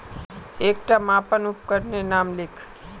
एकटा मापन उपकरनेर नाम लिख?